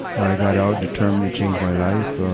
i got out, determined to change my life.